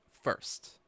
first